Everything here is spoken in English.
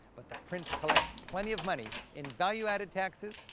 but the prince collects plenty of money in value-added taxes,